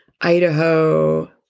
Idaho